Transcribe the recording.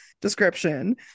description